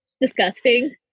disgusting